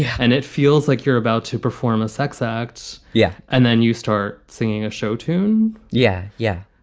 and it feels like you're about to perform a sex acts. yeah. and then you start singing a show tune. yeah. yeah.